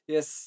Yes